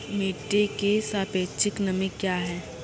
मिटी की सापेक्षिक नमी कया हैं?